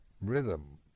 rhythm